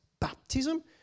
baptism